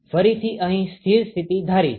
ફરીથી અહી સ્થિર સ્થિતિ ધારી છે